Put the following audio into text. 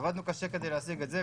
עבדנו קשה להשיג את זה,